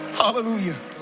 Hallelujah